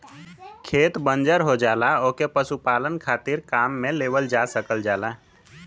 खेत बंजर हो जाला ओके पशुपालन खातिर काम में लेवल जा सकल जाला